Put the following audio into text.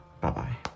Bye-bye